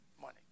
money